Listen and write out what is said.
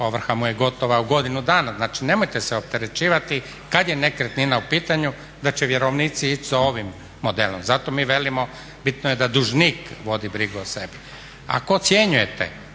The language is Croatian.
ovrha mu je gotova u godinu dana. Znači nemojte se opterećivati kad je nekretnina u pitanju da će vjerovnici ići za ovim modelom. Zato mi velimo bitno je da dužnik vodi brigu o sebi. Ako ocjenjujete